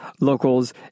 Locals